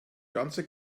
ganze